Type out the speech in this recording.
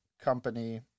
company